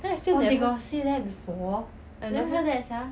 then I still remember I never